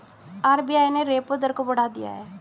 RBI ने repo दर को बढ़ा दिया है